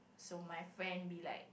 so my friend be like